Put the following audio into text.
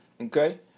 Okay